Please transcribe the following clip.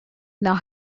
now